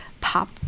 pop